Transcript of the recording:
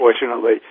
Unfortunately